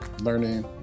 learning